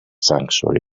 sanctuary